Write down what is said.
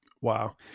Wow